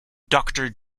doctor